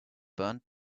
burned